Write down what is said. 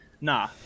Nah